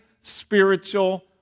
spiritual